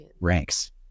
ranks